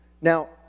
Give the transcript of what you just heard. Now